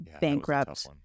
bankrupt